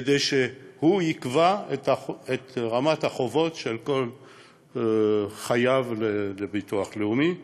כדי שהוא יקבע את רמת החובות של כל חייב לביטוח לאומי.